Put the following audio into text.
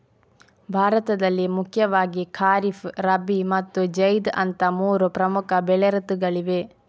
ಭಾರತದಲ್ಲಿ ಮುಖ್ಯವಾಗಿ ಖಾರಿಫ್, ರಬಿ ಮತ್ತು ಜೈದ್ ಅಂತ ಮೂರು ಪ್ರಮುಖ ಬೆಳೆ ಋತುಗಳಿವೆ